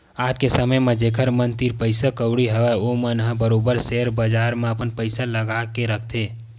आज के समे म जेखर मन तीर पइसा कउड़ी हवय ओमन ह बरोबर सेयर बजार म अपन पइसा ल लगा के रखथे